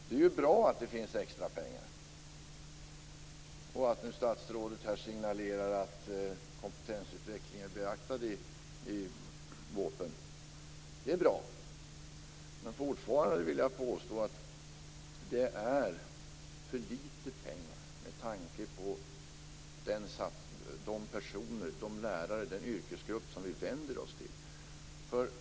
Det är bra att det finns extra pengar och att statsrådet signalerar att behovet av kompetensutveckling är beaktat. Det är bra, men jag vill påstå att det fortfarande är för lite pengar med tanke på den lärargrupp som vi vänder oss till.